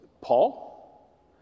Paul